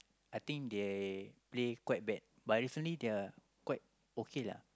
I think they play quite bad but recently they are quite okay lah